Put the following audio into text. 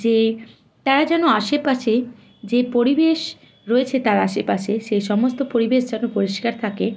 যে তারা যেন আশেপাশে যে পরিবেশ রয়েছে তার আশেপাশে সে সমস্ত পরিবেশ যেন পরিষ্কার থাকে